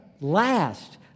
last